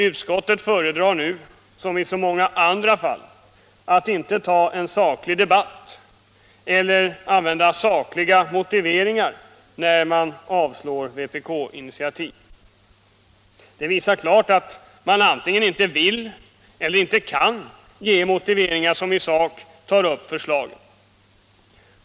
Utskottet föredrar nu som i så många andra fall att inte ta en saklig debatt eller använda sakliga motiveringar när man avslår vpk-initiativ. Det visar klart att man antingen inte vill eller inte kan ge motiveringar som i sak tar upp förslagen.